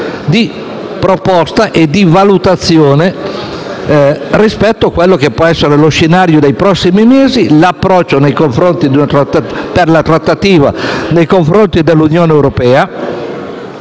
di proposta e valutazione rispetto al possibile scenario dei prossimi mesi: l'approccio alla trattativa nei confronti dell'Unione europea